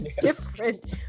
different